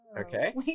Okay